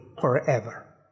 forever